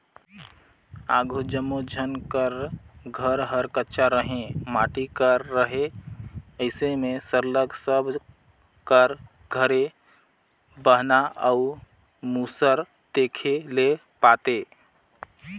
आघु जम्मो झन कर घर हर कच्चा रहें माटी कर रहे अइसे में सरलग सब कर घरे बहना अउ मूसर देखे ले पाते